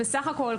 בסך הכל,